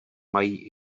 mají